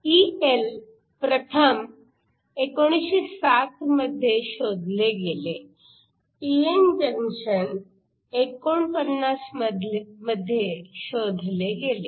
EL प्रथम 1907 मध्ये शोधले गेले p n जंक्शन 49 मध्ये शोधले गेले